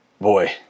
boy